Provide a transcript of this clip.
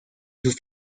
sus